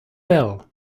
bell